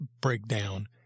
breakdown